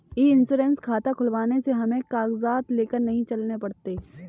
ई insurance खाता खुलवाने से हमें कागजात लेकर नहीं चलने पड़ते